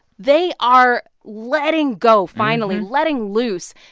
they are letting go finally letting loose.